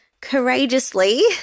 courageously